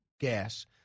gas